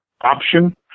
option